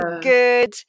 good